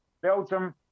Belgium